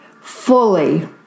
fully